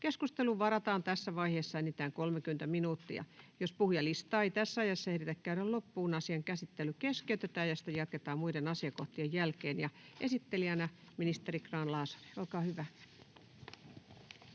Keskusteluun varataan tässä vaiheessa enintään 45 minuuttia. Jos puhujalistaa ei tässä ajassa ehditä käydä loppuun, asian käsittely keskeytetään ja sitä jatketaan muiden asiakohtien jälkeen. — Ministeri Bergqvist, olkaa hyvä.